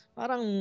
parang